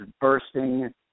bursting